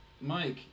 Mike